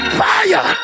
fire